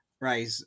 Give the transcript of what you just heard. Right